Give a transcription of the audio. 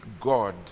God